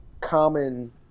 common